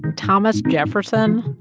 thomas jefferson,